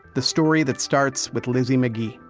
the story that starts with lizzie mcgee.